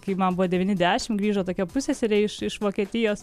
kai man buvo devyni dešim grįžo tokia pusseserė iš iš vokietijos